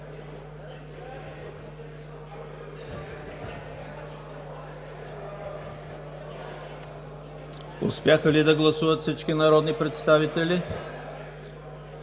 Успяха ли да гласуват всички народни представители?